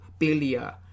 Bilia